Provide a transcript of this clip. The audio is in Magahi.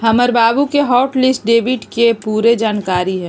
हमर बाबु के हॉट लिस्ट डेबिट के पूरे जनकारी हइ